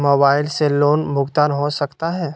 Mobile से loan भुगतान हो सकता है?